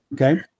okay